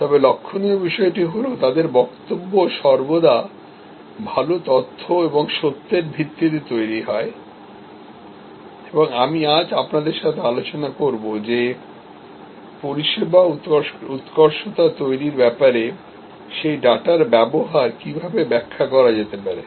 তবে লক্ষণীয় বিষয়টি হল তাদের বক্তব্য সর্বদা ভাল তথ্য এবং সত্যের ভিত্তিতে তৈরি হয় এবং আমি আজ আপনাদের সাথে আলোচনা করব যে পরিষেবা উৎকর্ষতা তৈরীর ব্যাপারে সেই ডাটার ব্যবহার কিভাবে ব্যাখ্যা করা যেতে পারে